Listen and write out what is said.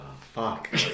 Fuck